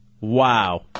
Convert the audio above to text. Wow